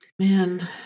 Man